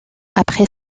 après